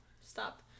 Stop